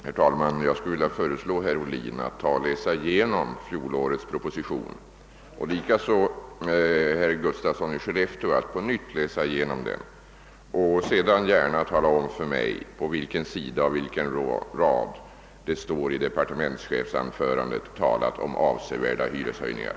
Herr talman! Jag skulle vilja föreslå herr Ohlin liksom herr Gustafsson i Skellefteå att läsa igenom fjolårets proposition och sedan gärna tala om för mig på vilken sida och vilken rad i departementschefsanförandet det talas om avsevärda hyreshöjningar.